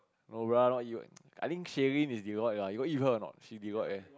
oh bruh not you I think Sherlene is Deloitte lah you got eat with her or not she in Deloitte leh